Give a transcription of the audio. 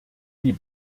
die